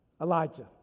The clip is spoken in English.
Elijah